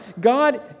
God